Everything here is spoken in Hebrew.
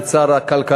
את שר הכלכלה,